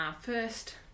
first